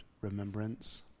remembrance